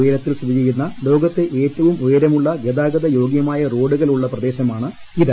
ഉയരത്തിൽ സ്ഥിതിചെയ്യുന്ന ലോകത്തെ ഏറ്റവും ഉയരമുള്ള ഗതാഗത യോഗ്യമായ റോഡുകൾ ഉള്ള പ്രദേശമാണ് ഇത്